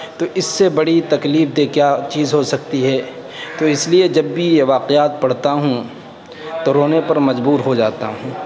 تو اس سے بڑی تکلیف دہ کیا چیز ہو سکتی ہے تو اس لیے جب بھی یہ واقعات پڑھتا ہوں تو رونے پر مجبور ہو جاتا ہوں